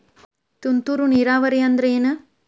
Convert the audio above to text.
ತುಂತುರು ನೇರಾವರಿ ಅಂದ್ರ ಏನ್?